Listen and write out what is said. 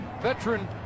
veteran